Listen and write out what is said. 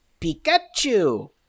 Pikachu